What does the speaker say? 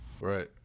Right